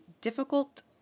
difficult